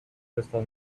crystal